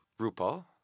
RuPaul